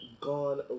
gone